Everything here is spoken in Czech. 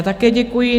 Také děkuji.